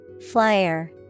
Flyer